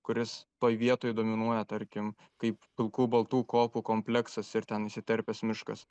kuris toj vietoj dominuoja tarkim kaip pilkų baltų kopų kompleksas ir ten įsiterpęs miškas